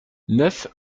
neuf